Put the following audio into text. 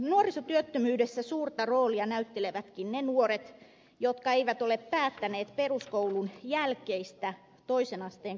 nuorisotyöttömyydessä suurta roolia näyttelevätkin ne nuoret jotka eivät ole päättäneet peruskoulun jälkeistä toisen asteen koulutusta